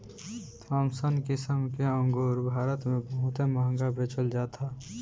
Thompson किसिम के अंगूर भारत में बहुते महंग बेचल जात हअ